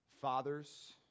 fathers